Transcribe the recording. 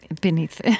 beneath